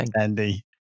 Andy